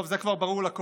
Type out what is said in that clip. טוב, זה כבר ברור לכול,